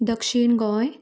दक्षीण गोंय